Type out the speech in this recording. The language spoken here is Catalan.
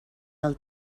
del